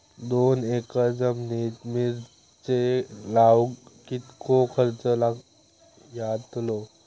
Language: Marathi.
दोन एकर जमिनीत मिरचे लाऊक कितको खर्च यातलो?